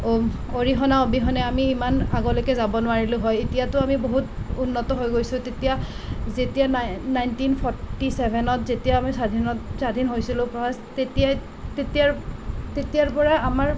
অৰিহণা অবিহনে আমি ইমান আগলৈকে যাব নোৱাৰিলোঁ হয় এতিয়াতো আমি বহুত উন্নত হৈ গৈছোঁ তেতিয়া যেতিয়া নাই নাইণ্টিন ফ'ৰ্টি ছেভেনত যেতিয়া আমি স্বাধীন হৈছিলোঁ ফাৰ্ষ্ট তেতিয়া তেতিয়াৰ তেতিয়াৰ পৰা আমাৰ